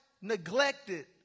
neglected